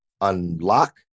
unlock